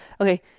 Okay